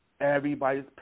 Everybody's